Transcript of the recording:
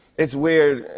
it's weird.